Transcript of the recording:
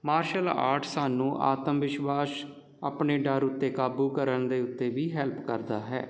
martial art ਸਾਨੂੰ ਆਤਮ ਵਿਸ਼ਵਾਸ ਆਪਣੇ ਡਰ ਉੱਤੇ ਕਾਬੂ ਕਰਨ ਦੇ ਉੱਤੇ ਵੀ ਹੈਲਪ ਕਰਦਾ ਹੈ